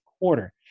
quarter